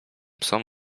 psom